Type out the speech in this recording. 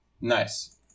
Nice